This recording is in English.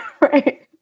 Right